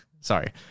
sorry